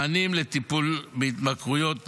מענים לטיפול בהתמכרויות נוער,